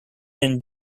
then